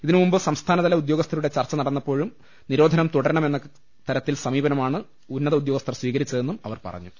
ഇതിനുമുമ്പ് സംസ്ഥനതല ഉദ്യോഗ്സ്ഥരുടെ ചര്ച്ചനടന്നപ്പോഴും നിരോധനം തുടരണമെന്ന തരത്തിൽ സമീപനമാണ് ഉന്നതഉദ്യോഗസ്ഥർ സ്വീകരിച്ചതെന്നും അവർ പറ ഞ്ഞു